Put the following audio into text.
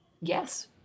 yes